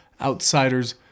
outsiders